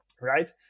right